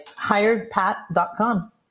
hiredpat.com